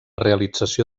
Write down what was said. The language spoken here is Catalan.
realització